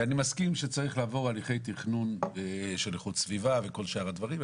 ואני מסכים שצריך לעבור הליכי תכנון של איכות סביבה וכל שאר הדברים.